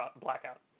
blackout